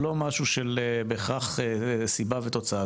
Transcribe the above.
משהו שהוא בהכרח סיבה תוצאה.